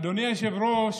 אדוני היושב-ראש,